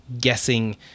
guessing